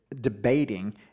debating